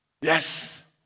Yes